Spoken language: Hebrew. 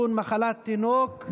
(תיקון, מחלת תינוק).